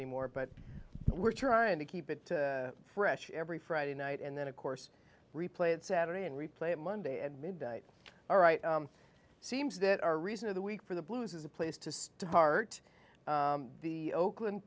anymore but we're trying to keep it fresh every friday night and then of course replay it saturday and replay it monday at midnight all right seems that our reason of the week for the blues is a place to start the oakland